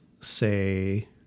say